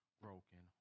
broken